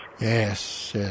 Yes